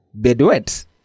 bedwet